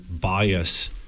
bias